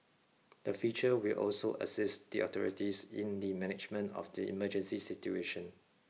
the feature will also assist the authorities in the management of the emergency situation